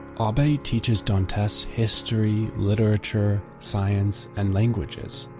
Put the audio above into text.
abbe teaches dantes history, literature, science, and languages,